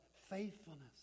Faithfulness